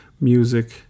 music